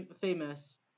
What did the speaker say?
famous